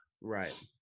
Right